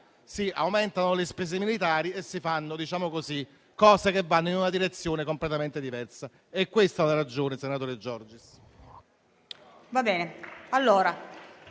si aumentano le spese militari e si fanno cose che vanno in una direzione completamente diversa. È questa la ragione, senatore Giorgis.